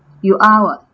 you 熬 ah